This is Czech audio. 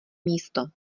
místo